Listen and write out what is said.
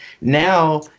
now